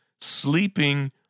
sleeping